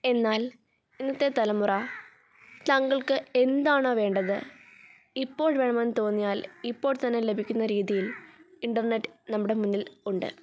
എന്നാൽ ഇന്നത്തെ തലമുറ തങ്ങൾക്ക് എന്താണോ വേണ്ടത് ഇപ്പോൾ വേണമെന്ന് തോന്നിയാൽ ഇപ്പോൾ തന്നെ ലഭിക്കുന്ന രീതിയിൽ ഇൻറ്റർനെറ്റ് നമ്മുടെ മുന്നിൽ ഉണ്ട്